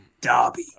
Derby